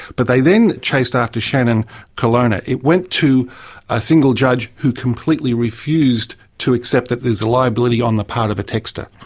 but they then chased after shannon colonna. it went to a single judge who completely refused to accept that there is a liability on the part of a texter.